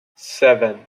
seven